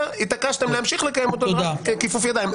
התעקשתם להמשיך לקיים אותו ככיפוף ידיים.